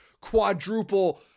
quadruple